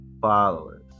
followers